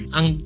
Ang